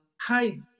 hide